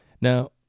Now